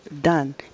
done